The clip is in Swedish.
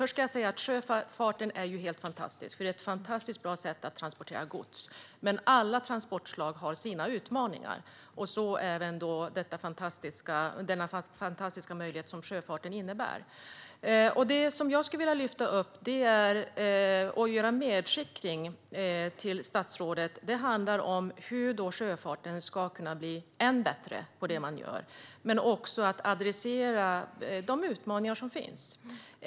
Först vill jag säga att sjöfarten är helt fantastisk för att till exempel transportera gods. Men alla transportslag har sina utmaningar, och så även den fantastiska möjlighet som sjöfarten utgör. Det jag vill ta upp och göra ett medskick om till statsrådet är hur sjöfarten kan bli ännu bättre på det den gör. Men jag vill även adressera de utmaningar som finns.